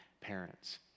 parents